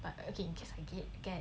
but okay in case I did get